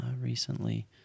recently